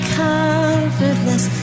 comfortless